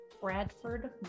Bradford